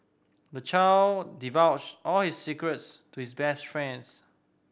the child divulge all his secrets to his best friends